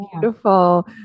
beautiful